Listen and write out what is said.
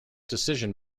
decision